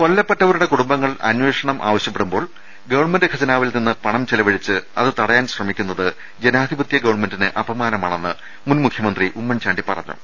കൊല്ലപ്പെട്ടവരുടെ കുടുംബങ്ങൾ അന്വേഷണം ആവശ്യപ്പെ ടുമ്പോൾ ഗവൺമെന്റ് ഖജനാവിൽ നിന്ന് പണം ചെല വഴിച്ച് അതുതടയാൻ ശ്രമിക്കുന്നത് ജനാധിപത്യ ഗവൺമെന്റിന് അപമാനമാണെന്ന് മുൻ മുഖ്യമന്ത്രി ഉമ്മൻചാണ്ടി പറഞ്ഞു